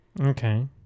Okay